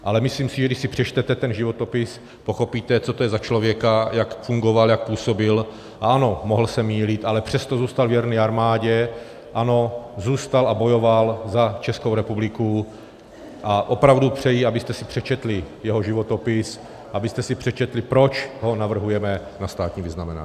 Ale myslím si, že když si přečtete ten životopis, pochopíte, co to je za člověka, jak fungoval, jak působil, a ano, mohl se mýlit, ale přesto zůstal věrný armádě, ano, zůstal a bojoval za Českou republiku a opravdu přeji, abyste si přečetli jeho životopis, abyste si přečetli, proč ho navrhujeme na státní vyznamenání.